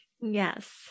Yes